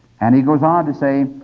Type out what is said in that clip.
and he goes on to say,